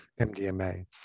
MDMA